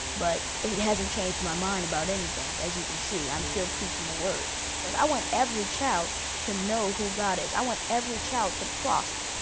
but it hasn't changed my mind about anything, as you can see. i'm still preaching the word because i want every child to know who god is. i want every child to prosper,